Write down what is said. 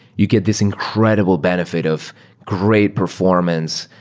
you get this incredible benefit of great performance,